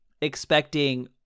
expecting